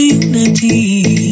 unity